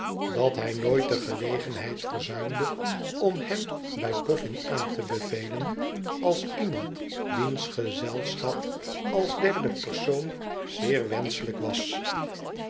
dat hij nooit de gelegenheid verzuimde om hem bij boffin aan te bevelen als iemand wiens gezelschap als derde persoon zeer wenschelijk was